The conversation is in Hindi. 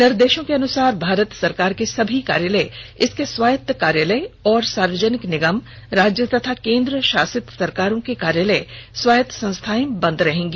निर्देशों के अनुसार भारत सरकार के सभी कार्यालय इसके स्वायत्त कार्यालय और सार्वजनिक निगम राज्य और केन्द्रशासित सरकारों के कार्यालय स्वायत्त संस्थाएं बंद रहेंगी